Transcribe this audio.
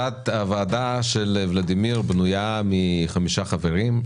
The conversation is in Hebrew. הוועדה של ולדימיר בנויה מחמישה חברים: